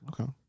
Okay